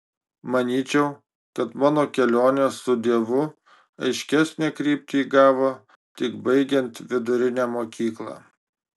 manyčiau kad mano kelionė su dievu aiškesnę kryptį įgavo tik baigiant vidurinę mokyklą